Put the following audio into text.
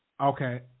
Okay